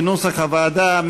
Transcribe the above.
כנוסח הוועדה.